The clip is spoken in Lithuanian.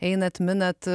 einat minat